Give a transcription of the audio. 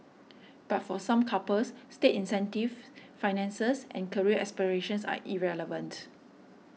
but for some couples state incentives finances and career aspirations are irrelevant